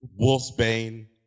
Wolfsbane